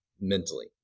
mentally